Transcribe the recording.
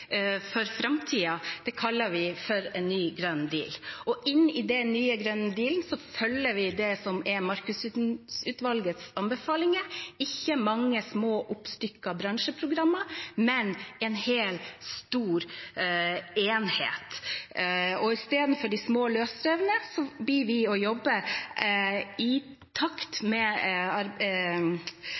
for framtiden, kaller vi en grønn ny deal, og i den nye, grønne dealen følger vi det som er Markussen-utvalgets anbefalinger: ikke mange små, oppstykkede bransjeprogrammer, men en hel, stor enhet. I stedet for de små, løsrevne, vil vi jobbe i takt med